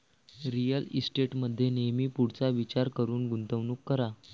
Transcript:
real इस्टेटमध्ये नेहमी पुढचा विचार करून गुंतवणूक करा